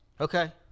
Okay